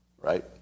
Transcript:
right